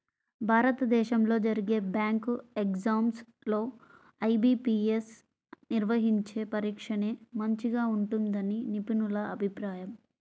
భారతదేశంలో జరిగే bank exams లో ఐ.బీ.పీ.యస్ నిర్వహించే పరీక్షనే మంచిగా ఉంటుందని నిపుణుల అభిప్రాయం